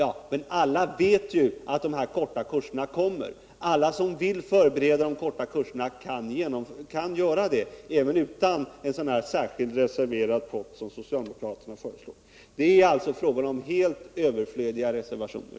Ja, men alla vet ju att de här korta kurserna kommer, och alla som vill förbereda de korta kurserna kan göra det även utan en sådan reserverad pott som den socialdemokraterna föreslår. Det är alltså frågan om helt överflödiga reservationer.